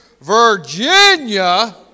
Virginia